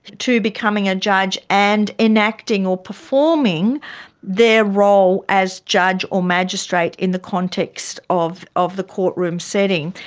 to becoming a judge and enacting or performing their role as judge or magistrate in the context of of the courtroom setting.